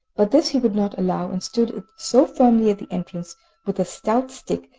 but this he would not allow, and stood so firmly at the entrance with a stout stick,